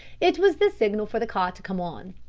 it was the signal for the car to come on.